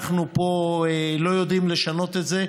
אנחנו פה לא יודעים לשנות את זה,